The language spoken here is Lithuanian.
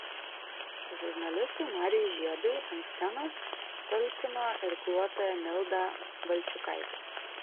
žurnalistui marijui žiedui ant scenos talkino irkluotoja milda valčiukaitė